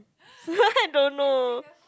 I don't know